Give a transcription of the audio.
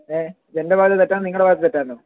ഏ എൻ്റെ ഭാഗത്തെ തെറ്റാണോ നിങ്ങളുടെ ഭാഗത്തെ തെറ്റായിരുന്നോ